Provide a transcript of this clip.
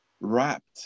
wrapped